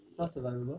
not survivable